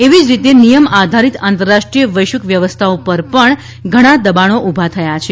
એવી જ રીતે નિયમ આધારિત આંતરરાષ્ટ્રીય વૈશ્વિક વ્યવસ્થા ઉપર પણ ઘણા દબાણો ઊભા થયા છે